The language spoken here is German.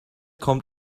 kommt